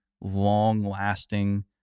long-lasting